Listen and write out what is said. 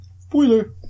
spoiler